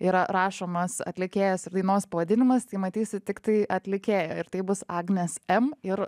yra rašomas atlikėjos dainos pavadinimas tai matysit tiktai atlikėją ir tai bus agnės m ir